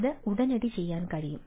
അത് ഉടനടി ചെയ്യാൻ കഴിയും